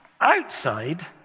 Outside